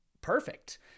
perfect